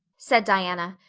said diana.